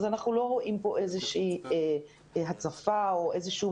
אבל אנחנו לא רואים כאן איזושהי הצפה או איזשהו